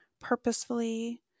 purposefully